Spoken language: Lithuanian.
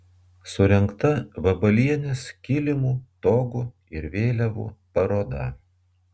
surengta vabalienės kilimų togų ir vėliavų paroda